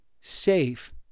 safe